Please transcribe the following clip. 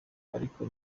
ariko